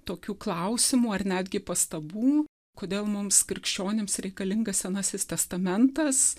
tokių klausimų ar netgi pastabų kodėl mums krikščionims reikalingas senasis testamentas